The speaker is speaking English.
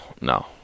no